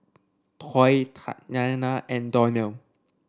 Toy Tatyanna and Donnell